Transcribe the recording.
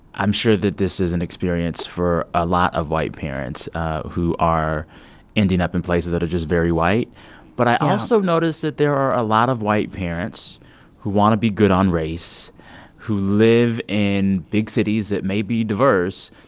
i'm sure that this is an experience for a lot of white parents who are ending up in places that are just very white yeah but i also notice that there are a lot of white parents who want to be good on race who live in big cities that may be diverse,